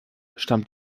stammt